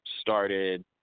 started